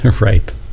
right